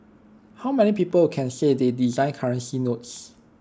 how many people can say they designed currency notes